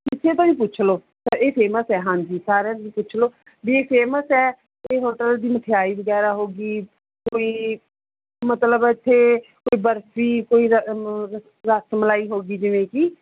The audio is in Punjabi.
ਕਿਸੇ ਤੋਂ ਵੀ ਪੁੱਛ ਲਉ ਤਾਂ ਇਹ ਫੇਮਸ ਹੈ ਹਾਂਜੀ ਸਾਰਿਆਂ ਨੂੰ ਪੁੱਛ ਲਉ ਵੀ ਇਹ ਫੇਮਸ ਹੈ ਅਤੇ ਹੋਟਲ ਦੀ ਮਠਿਆਈ ਵਗੈਰਾ ਹੋ ਗਈ ਕੋਈ ਮਤਲਬ ਇੱਥੇ ਕੋਈ ਬਰਫੀ ਕੋਈ ਰ ਮ ਰਸ ਮਲਾਈ ਹੋ ਗਈ ਜਿਵੇਂ ਕਿ